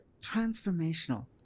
transformational